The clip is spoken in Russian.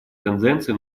тенденций